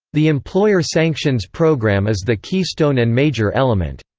the employer sanctions program is the keystone and major element.